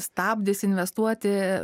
stabdis investuoti